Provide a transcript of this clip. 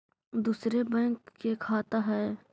दुसरे बैंक के खाता हैं?